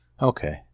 Okay